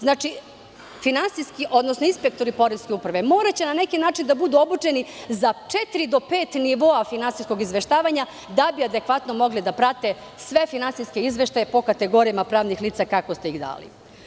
Znači, inspektori poreske uprave moraće na neki način da budu obučeni za četiri do pet nivoa finansijskog izveštavanja, da bi adekvatno mogli da prate sve finansijske izveštaje, po kategorijama pravnih lica, kako ste ih dali.